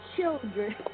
children